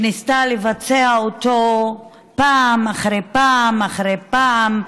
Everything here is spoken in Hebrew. שניסתה לבצע אותו פעם אחרי פעם אחרי פעם,